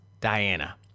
Diana